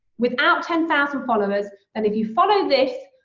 without ten thousand followers, then if you follow this,